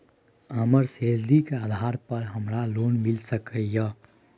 हमर सैलरी के आधार पर हमरा लोन मिल सके ये?